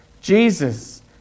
Jesus